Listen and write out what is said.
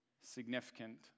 significant